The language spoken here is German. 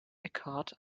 eckhart